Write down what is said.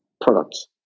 products